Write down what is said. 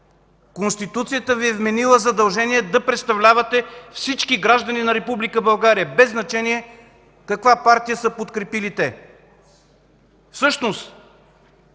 Конституцията Ви е вменила задължение да представлявате всички граждани на Република България, без значение каква партия са подкрепили те.